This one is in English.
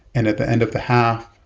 and at the end of the half,